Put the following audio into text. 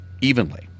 evenly